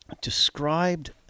described